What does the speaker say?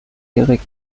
erik